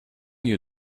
you